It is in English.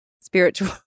spiritual